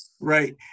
Right